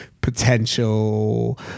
potential